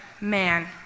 Man